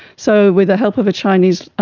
so with the help of a chinese